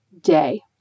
day